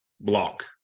block